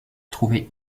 trouvait